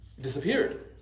disappeared